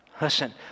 Listen